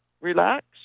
relax